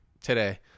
today